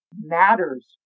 matters